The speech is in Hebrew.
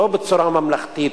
לא בצורה ממלכתית,